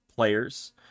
players